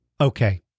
Okay